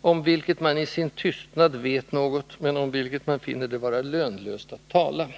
”om vilket man i sin tystnad vet något men om vilket man finner det vara lönlöst att tala”.